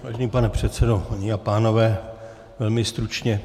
Vážený pane předsedo, dámy a pánové, velmi stručně.